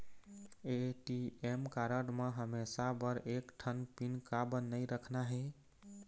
ATM card म हमेशा बर एक ठन पिन काबर नई रखना हे?